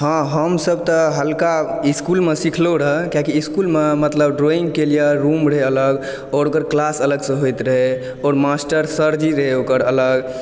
हाँ हमसभ तऽ हल्का इस्कूलमे सिखलहुँ रहऽ किआकि इस्कूलमे मतलब ड्रॉइंगके लिए रूम रहै अलग आओर ओकर क्लास अलगसँ होइत रहै आओर मास्टर सरजी रहै ओकर अलग